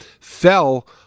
fell